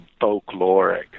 folkloric